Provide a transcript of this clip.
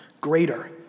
greater